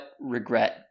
regret